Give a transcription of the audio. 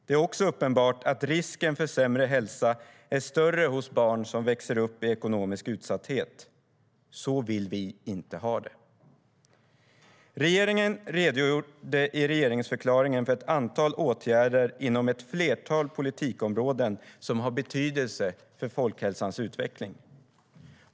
Det är också uppenbart att risken för sämre hälsa är större hos barn som växer upp i ekonomisk utsatthet. Så vill vi inte ha det. Regeringen redogjorde i regeringsförklaringen för ett antal åtgärder inom ett flertal politikområden som har betydelse för folkhälsans utveckling.